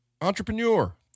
Entrepreneur